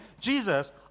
Jesus